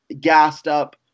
gassed-up